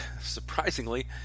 surprisingly